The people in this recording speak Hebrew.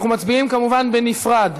אנחנו מצביעים כמובן בנפרד.